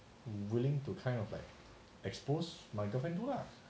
willing to kind of like expose my girlfriend to lah